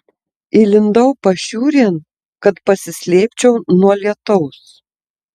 įlindau pašiūrėn kad pasislėpčiau nuo lietaus